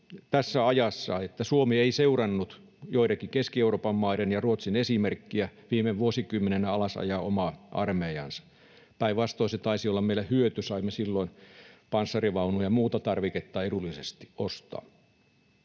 Suomi ei seurannut joidenkin Keski-Euroopan maiden ja Ruotsin esimerkkiä viime vuosikymmeninä ajaa alas omaa armeijaansa. Päinvastoin se taisi olla meille hyöty, saimme silloin panssarivaunuja ja muita tarvikkeita edullisesti ostaa.